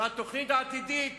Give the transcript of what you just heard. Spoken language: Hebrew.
ובתוכנית העתידית